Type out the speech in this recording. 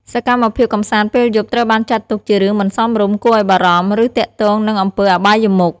សកម្មភាពកម្សាន្តពេលយប់ត្រូវបានចាត់ទុកជារឿងមិនសមរម្យ គួរឱ្យបារម្ភ ឬទាក់ទងនឹងអំពើអបាយមុខ។